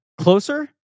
Closer